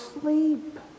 sleep